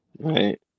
Right